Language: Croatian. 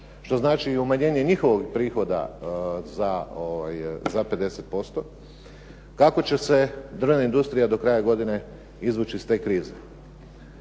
što znači umanjenje njihovog prihoda za 50%, kako će se drvna industrija do kraja godine izvući iz te krize?